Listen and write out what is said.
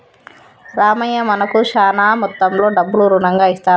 రామయ్య మనకు శాన మొత్తంలో డబ్బులు రుణంగా ఇస్తారంట